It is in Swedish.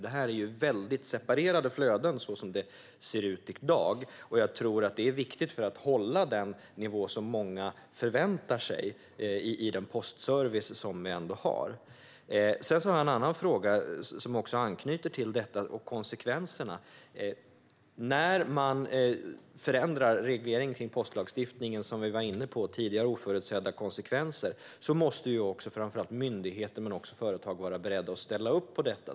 Detta är separerade flöden, som det ser ut i dag, och jag tror att det är viktigt för att hålla den nivå som många förväntar sig i den postservice vi har. Jag har en annan fråga som anknyter till detta och till konsekvenserna: När man förändrar regleringen i postlagstiftningen, som vi var inne på tidigare när det gäller oförutsedda konsekvenser, måste framför allt myndigheter men också företag vara beredda att ställa upp på detta.